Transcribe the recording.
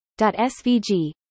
svg